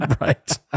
right